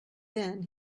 then